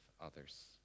others